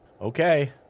Okay